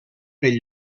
pel